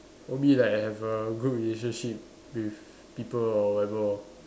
will be like have a good relationship with people or whatever lor